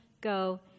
go